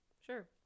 Sure